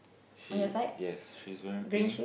she yes she's wearing pink